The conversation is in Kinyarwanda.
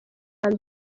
mbere